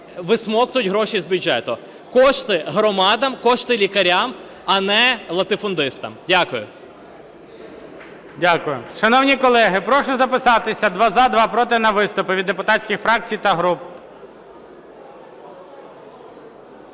висмоктують гроші з бюджету. Кошти громадам, кошти лікарям, а не латифундистам. Дякую. ГОЛОВУЮЧИЙ. Дякую. Шановні колеги, прошу записатися: два – за, два – проти на виступи від депутатських фракцій та груп.